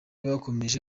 bakomeje